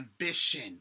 ambition